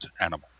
animal